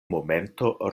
momento